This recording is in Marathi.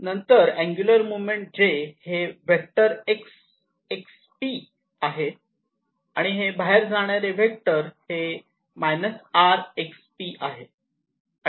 नंतर अँगुलर मोमेंट J हे व्हेक्टर r x p आहे आणि हे बाहेर जाणारे वेक्टर हे r x p आहे